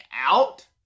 out